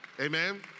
Amen